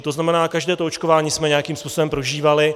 To znamená, každé to očkování jsme nějakým způsobem prožívali.